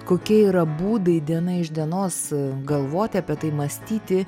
kokie yra būdai diena iš dienos galvoti apie tai mąstyti